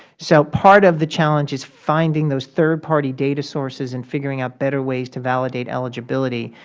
so part of the challenge is finding those third-party data sources and figuring out better ways to validate eligibility.